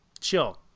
chill